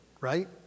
right